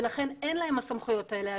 לכן אין להן הסמכויות האלה.